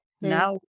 Now